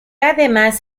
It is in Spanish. además